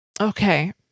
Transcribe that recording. okay